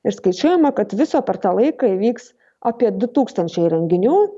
ir skaičiuojama kad viso per tą laiką įvyks apie du tūkstančiai renginių